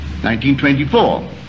1924